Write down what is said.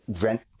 rent